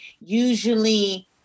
usually